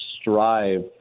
strive